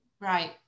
right